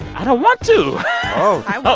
i don't want to oh i